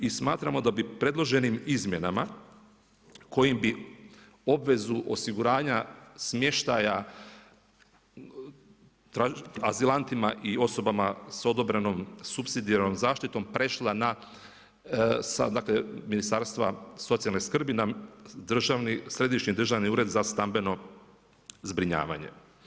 I smatramo da bi priloženim izmjenama, koju bi obvezu osiguranja smještaja, azilantima i osobama sa odobrenom supsidijarnom zaštitom prešla na sa dakle, Ministarstva socijalne skrbi na državni, Središnji državni ured za stambeno zbrinjavanje.